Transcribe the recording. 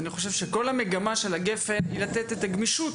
כי אני חושב שכל המגמה של הגפ"ן היא לתת את הגמישות